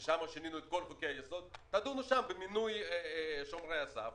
ששם שינינו את כל חוקי היסוד ותדונו שם במינוי שומרי הסף